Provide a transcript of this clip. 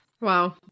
Wow